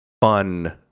fun